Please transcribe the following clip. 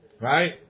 right